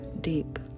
deep